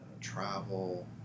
travel